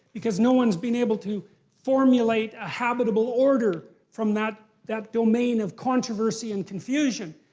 because no one's been able to formulate a habitable order from that that domain of controversy and confusion.